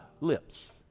lips